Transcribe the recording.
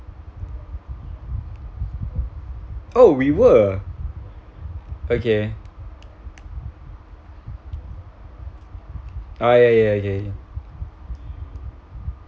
oh we were okay oh ya ya okay